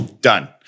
Done